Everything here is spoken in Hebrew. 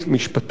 משפטית,